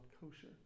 kosher